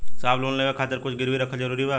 साहब लोन लेवे खातिर कुछ गिरवी रखल जरूरी बा?